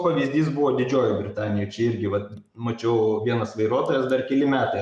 pavyzdys buvo didžiojoj britanijoj čia irgi vat mačiau vienas vairuotojas dar keli metai